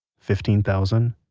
fifteen thousand.